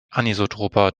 anisotroper